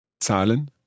Zahlen